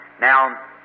Now